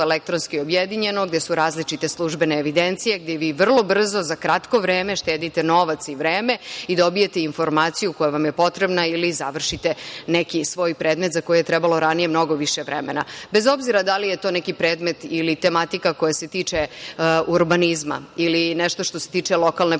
elektronski objedinjeno gde su različite službene evidencije, gde vi vrlo brzo za kratko vreme štedite novac i vreme i dobijete informaciju koja vam je potrebna ili završite neki svoj predmet za koji je trebalo ranije mnogo više vremena. Bez obzira da li je to neki predmet ili tematika koja se tiče urbanizma ili nešto što se tiče lokalne